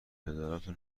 پدراتون